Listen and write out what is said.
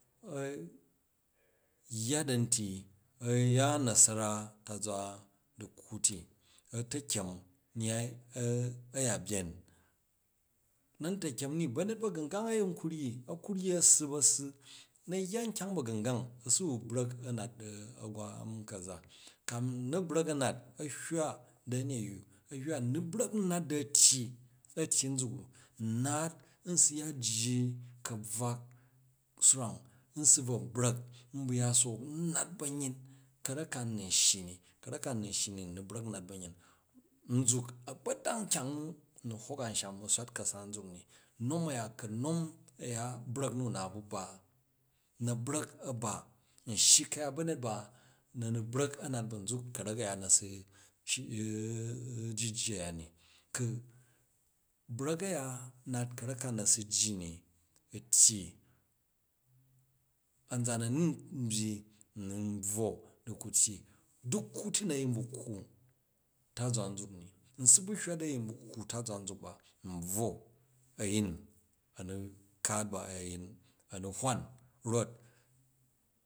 yya da̱m ti a̱ yya nasara a̱n tazwa du̱kkwu ti a̱ ta̱kyem nyyai a̱ya̱byen na̱n ta̱kyen ni ba̱nyet ba̱gangang a̱ yin ku ryyi, a̱ ku ryyi a̱ssu bu̱ a̱ssu na̱ yya nkyang ba̱gangang a̱ suwu brak a̱ nat di a̱gwam ka̱za, kanun na̱ brak a̱ nat a̱ hywa di a̱nyeyyu a̱ hywa, n nu brak n nat di a̱tyyi du a̱tyyi nzak gu, n naat n su ya jji ka̱bvwak swrang n su bu̱ brak n bu̱ ya sook n nat ba̱yin ka̱rak ka n nun shyi ni, ka̱rak ka u nun shyi ni u nu brak n nat ba̱yin nzuk a̱gbadong nkyang u n nu hok a̱msham u̱ swat ka̱sa nzak ni nom a̱ya ku nom brak nu na bu ba na̱ brak a̱ ba, n shyi ka̱yat ba̱nyet ba na ru brak a̱ nat ba̱nzuk ka̱rak a̱ya ne su ji jji a̱ya ni, ku brak a̱ya nat ka̱rak ka na su jji ni u̱ tyyi a̱nzan a nu nbyyi nbvwo di ku tyyi na du̱kuwu ti na̱ yin bu kkwu ntazwa nzuk ni n subu hywa di a̱yin bu kkwu tazwa nzuk ba n bvwo a̱yin a nu kaat ba a̱yin a nu hwan rot.